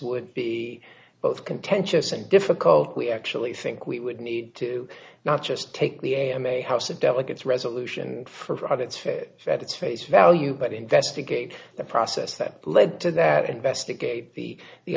would be both contentious and difficult we actually think we would need to not just take the a m a house of delegates resolution for what it's fair that it's face value but investigate the process that led to that investigate the the